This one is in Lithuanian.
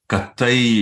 kad tai